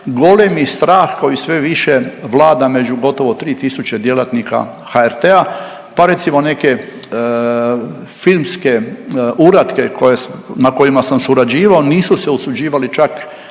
golemi strah koji sve više vlada među gotovo 3 tisuće djelatnika HRT-a. Pa recimo neke filmske uratke na kojima sam surađivao nisu se usuđivali čak